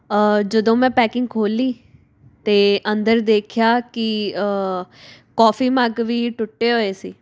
ਜਦੋਂ ਮੈਂ ਪੈਕਿੰਗ ਖੋਲ੍ਹੀ ਤਾਂ ਅੰਦਰ ਦੇਖਿਆ ਕਿ ਕੌਫੀ ਮੱਗ ਵੀ ਟੁੱਟੇ ਹੋਏ ਸੀ